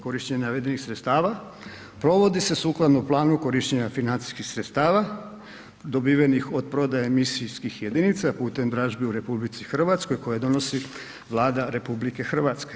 Korištenjem navedenih sredstava, provodi se sukladno planu korištenja financijskih sredstava dobivenih od prodaje emisijskih jedinica putem dražbi u RH koja donosi Vlada RH.